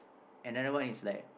and the other one is like